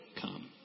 come